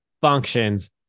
functions